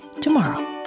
tomorrow